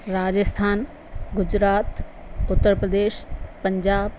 Rajasthan Gujarat Uttar Pradesh Punjab